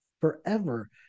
forever